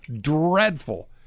dreadful